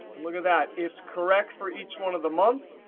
and look at that. it's correct for each one of the months.